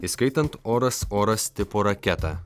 įskaitant oras oras tipo raketą